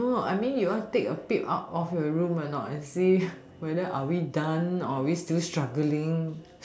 no no I mean you want take a peep out of your room or not and see whether are we done or are we still struggling